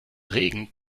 regen